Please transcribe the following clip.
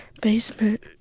basement